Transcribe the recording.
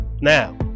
Now